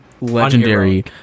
Legendary